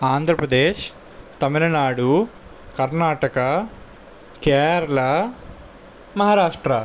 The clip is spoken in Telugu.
ఆంధ్రప్రదేశ్ తమిళనాడు కర్ణాటక కేరళ మహారాష్ట్ర